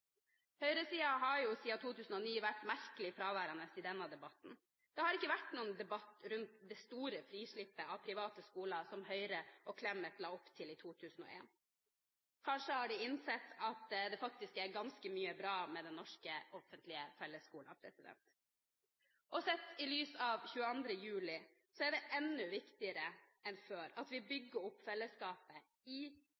har siden 2009 vært merkelig fraværende i denne debatten. Det har ikke vært noen debatt rundt det store frislippet av private skoler som Høyre og Clemet la opp til i 2001. Kanskje har de innsett at det faktisk er ganske mye bra med den norske, offentlige fellesskolen. Sett i lys av 22. juli er det enda viktigere enn før at vi